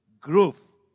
growth